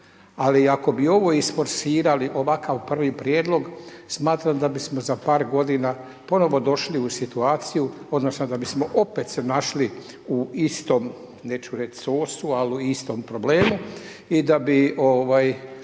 ali ako bi ovo isforsirali, ovakav prvi prijedlog, smatram da bismo za par g. ponovno došli u situaciju, odnosno, da bismo se opet se našli, u istom, neću reći sosu, ali u istom problemu i da bi